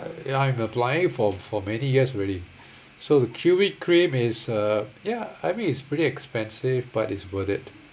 I'm applying it for for many years already so Q_V cream is uh ya I mean it's pretty expensive but it's worth it